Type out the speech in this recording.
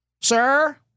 Sir